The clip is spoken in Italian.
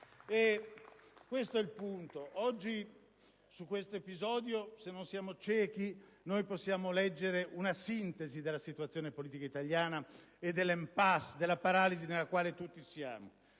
Gruppo PD)*. Oggi su questo episodio, se non siamo ciechi, possiamo leggere una sintesi della situazione politica italiana e dell'*impasse*, della paralisi nella quale tutti siamo.